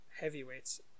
heavyweights